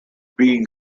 being